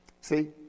See